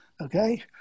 Okay